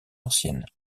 ancienne